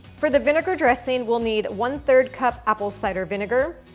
for the vinegar dressing, we'll need one-third cup apple cider vinegar,